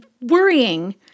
worrying